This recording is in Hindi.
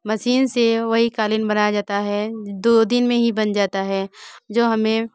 मसीन से वही क़ालीन बनाया जाता है दो दिन में ही बन जाता है जो हमें